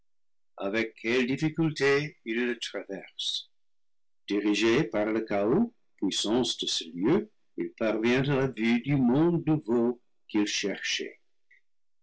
il le traverse dirigé par le chaos puissance de ce heu il parvient à la vue du monde nouveau qu'il cherchait